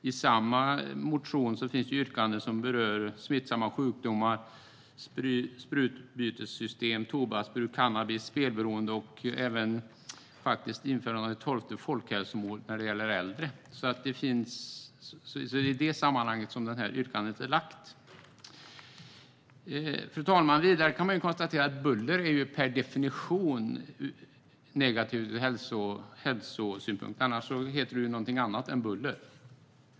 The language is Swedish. I samma motion finns yrkanden som berör smittsamma sjukdomar, sprutbytessystem, tobaksbruk, cannabis, spelberoende och även införandet av ett tolfte folkhälsomål när det gäller äldre. Det är alltså i detta sammanhang detta yrkande är lagt. Fru talman! Vidare kan man konstatera att buller per definition är negativt ur hälsosynpunkt, annars heter det någonting annat än buller.